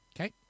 okay